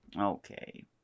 Okay